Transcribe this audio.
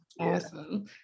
Awesome